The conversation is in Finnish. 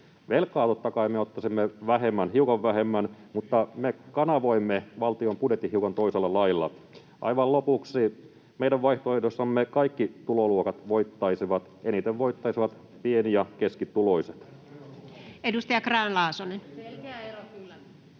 me ottaisimme vähemmän, hiukan vähemmän, mutta me kanavoimme valtion budjetin hiukan toisella lailla. Aivan lopuksi: Meidän vaihtoehdossamme kaikki tuloluokat voittaisivat. Eniten voittaisivat pieni‑ ja keskituloiset. [Speech 42] Speaker: